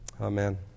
amen